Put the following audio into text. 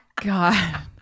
God